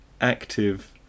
active